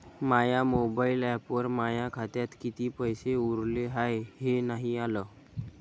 माया mobile ॲपवर माया खात्यात किती पैसे उरले हाय हे नाही आलं